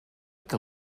que